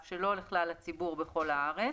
אף שלא לכלל הציבור בכל הארץ,